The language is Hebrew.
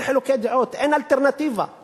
רגב, אז אל תדבר על הליכוד.